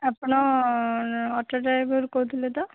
ଆପଣା auto driver କହୁଥିଲେ ତ